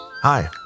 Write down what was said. Hi